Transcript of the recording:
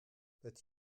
but